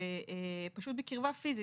בקרבה פיזית,